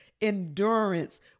endurance